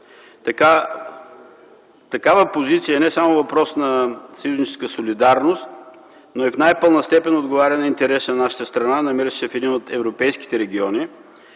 Такава позиция е не само въпрос на съюзническа солидарност, но и в най-пълна степен отговаря на интереса на нашата страна, намираща се в един от европейските региони,